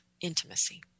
intimacy